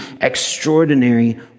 extraordinary